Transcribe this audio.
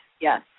yes